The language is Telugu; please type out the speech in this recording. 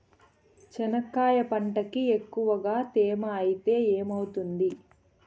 చెనక్కాయ పంటకి ఎక్కువగా తేమ ఐతే ఏమవుతుంది?